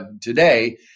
today